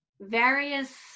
Various